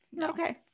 Okay